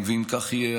אם כך יהיה,